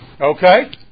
Okay